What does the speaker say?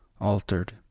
altered